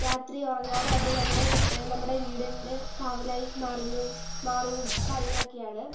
രാത്രി ഉറങ്ങാതെ അവര് നമ്മുടെ നമ്മുടെ വീടിന് കാവലായി മാറുന്നതും മാറും കാര്യങ്ങളൊക്കെയാണ്